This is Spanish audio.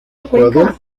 ecuador